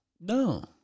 No